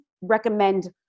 recommend